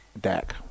Dak